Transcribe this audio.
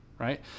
Right